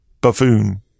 buffoon